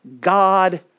God